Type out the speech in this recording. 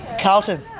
Carlton